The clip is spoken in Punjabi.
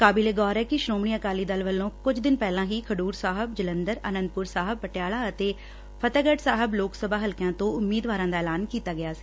ਕਾਬਿਲੇ ਗੌਰ ਐ ਕਿ ਸ੍ਹੋਮਣੀ ਅਕਾਲੀ ਦਲ ਵੱਲੋਂ ਕੁਝ ਦਿਨ ਪਹਿਲਾਂ ਹੀ ਖਡੁਰ ਸਾਹਿਬ ਜਲੰਧਰ ਆਨੰਦਪੁਰ ਸਾਹਿਬ ਪਟਿਆਲਾ ਅਤੇ ਫਤਿਹਗੜ੍ਹ ਸਾਹਿਬ ਲੋਕ ਸਭਾ ਹਲਕਿਆਂ ਤੋਂ ਉਮੀਦਵਾਰਾਂ ਦਾ ਐਲਾਨ ਕੀਤਾ ਗਿਆ ਸੀ